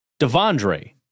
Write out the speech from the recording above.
Devondre